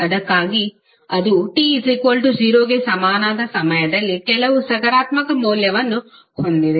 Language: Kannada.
ಅದಕ್ಕಾಗಿಯೇ ಅದು t0 ಗೆ ಸಮನಾದ ಸಮಯದಲ್ಲಿ ಕೆಲವು ಸಕಾರಾತ್ಮಕ ಮೌಲ್ಯವನ್ನು ಹೊಂದಿದೆ